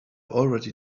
already